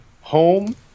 Home